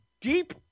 deep